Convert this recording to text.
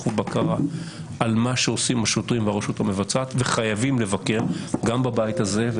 ובקרה על מה שעושים השוטרים ברשות המבצעת וחייבים לבקר גם בבית הזה.